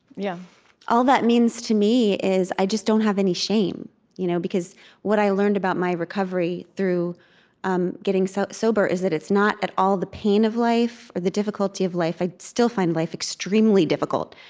yeah all that means to me is, i just don't have any shame you know because what i learned about my recovery, through um getting so sober, sober, is that it's not at all the pain of life or the difficulty of life i still find life extremely difficult,